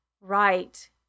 Right